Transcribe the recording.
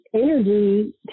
energy